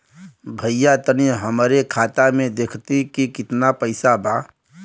भईया तनि हमरे खाता में देखती की कितना पइसा बा?